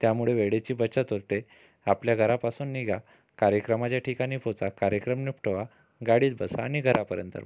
त्यामुळे वेळेची बचत होते आपल्या घरापासून निघा कार्यक्रमाच्या ठिकाणी पोहोचा कार्यक्रम निपटवा गाडीत बसा आणि घरापर्यंत पोहोचा